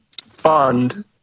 fund